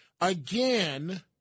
Again